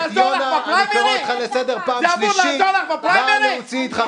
אל תזכירי, אל תזכירי משפחות שכולות.